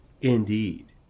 Indeed